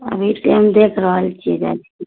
अभी टाइम देखि रहल छिए जाए छिए